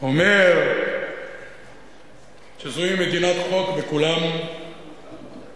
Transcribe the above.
אומר שזוהי מדינת חוק, וכולם עומדים